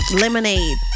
lemonade